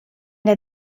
der